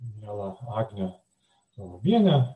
mielą agnę lubienę